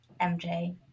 MJ